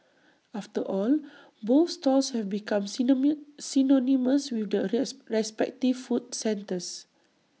after all both stalls have become synonymous with the A respective food centres